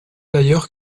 d’ailleurs